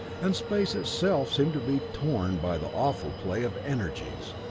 and space itself seemed to be torn by the awful play of energies.